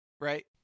right